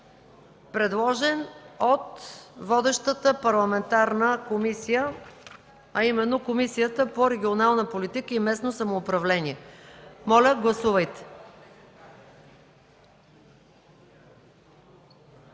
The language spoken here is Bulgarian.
предложен от водещата парламентарна комисия – Комисията по регионална политика и местно самоуправление. Моля, гласувайте.